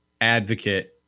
advocate